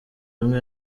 imwe